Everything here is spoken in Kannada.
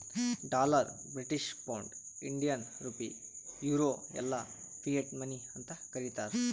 dollar, British pound, Indian rupee, euro ಎಲ್ಲಾ ಫಿಯಟ್ ಮನಿ ಅಂತ್ ಕರೀತಾರ